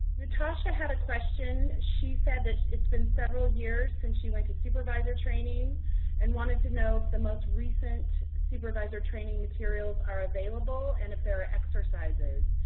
natasha had a question. she said that it's been several years since she went to supervisor training and wanted to know if the most recent supervisor training materials are available and if there are exercises.